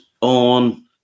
on